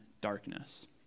Darkness